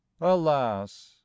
alas